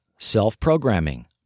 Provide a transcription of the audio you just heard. Self-Programming